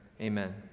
Amen